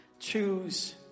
Choose